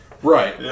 Right